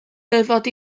dyfod